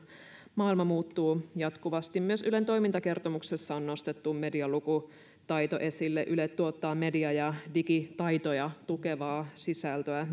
maailma muuttuu jatkuvasti myös ylen toimintakertomuksessa on nostettu medialukutaito esille yle tuottaa media ja digitaitoja tukevaa sisältöä